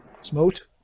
smote